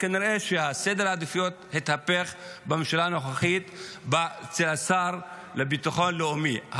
כנראה שסדר העדיפויות התהפך בממשלה הנוכחית אצל השר לביטחון לאומי.